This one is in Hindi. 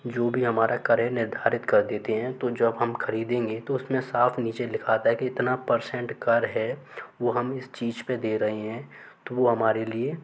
जो भी हमारा कर है निर्धारित कर देते हैं तो जब हम ख़रीदेंगे तो उस में साफ़ नीचे लिखा आता है कि इतने परसेंट कर है वो हम इस चीज़ पर दे रहे हैं तो वो हमारे लिए